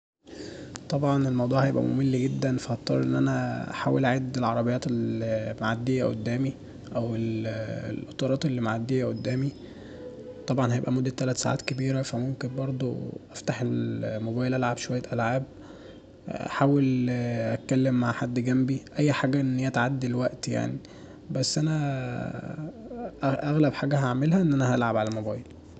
طبعا الموضوع هيبقى ممل جدافهضطر ان انا احاول اعد العربيات اللي معدية قدامي او القطورات اللي معدية قدامي طبعا هيبقى مدة ثلاث ساعات كبيرة فممكن برضو أفتح الموبايل ألعب شوية ألعاب أحاول أتكلم مع حد جنبي اي جاجة ان هي تعدي الوقت يعني بس انا اغلب حاجة هعملها ان انا هلعب على الموبايل